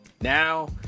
Now